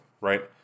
right